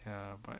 ya but